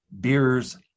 BEERS